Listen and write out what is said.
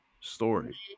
story